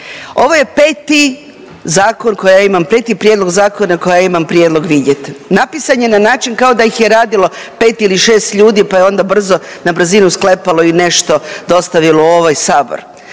ima, peti prijedlog zakona koji ja imam prijedlog vidjeti. Napisan je na način kao da ih je radilo 5 ili 6 ljudi pa je onda brzo, na brzinu sklepalo i nešto dostavilo u ovaj sabor.